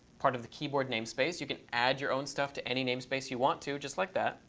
part of the keyboard namespace. you can add your own stuff to any namespace you want to just like that.